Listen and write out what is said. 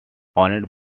owned